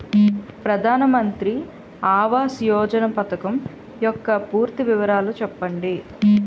ప్రధాన మంత్రి ఆవాస్ యోజన పథకం యెక్క పూర్తి వివరాలు చెప్పండి?